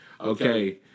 okay